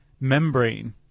membrane